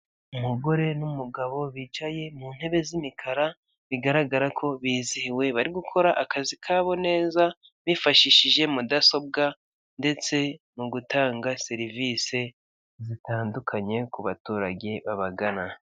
Umugore n'umugabo bicaye mu ntebe z'imikara bigaragara ko bizihiwe bari gukora akazi kabo neza bifashishije mudasobwa ndetse mu gutanga serivisi zitandukanye ku baturage babagana.